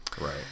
Right